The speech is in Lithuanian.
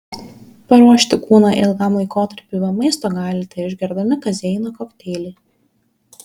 paruošti kūną ilgam laikotarpiui be maisto galite išgerdami kazeino kokteilį